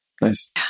Nice